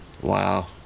Wow